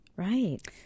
Right